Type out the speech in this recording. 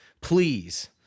Please